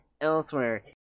elsewhere